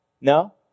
No